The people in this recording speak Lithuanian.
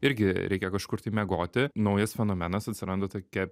irgi reikia kažkur tai miegoti naujas fenomenas atsiranda tokia